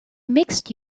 mixed